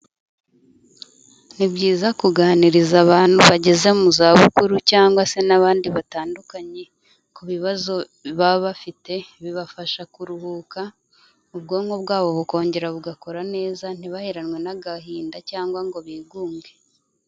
Ni byiza kuganiriza abantu bageze mu zabukuru cyangwa se n'abandi batandukanye ku bibazo baba bafite, bibafasha kuruhuka ubwonko bwabo bukongera bugakora neza, ntibaheranwe n'agahinda cyangwa ngo bigunge.